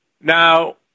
Now